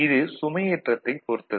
இது சுமையேற்றத்தைப் பொறுத்தது